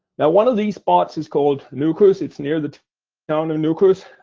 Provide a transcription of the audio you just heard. now, one of these spots is called nukus it's near the town of nukus.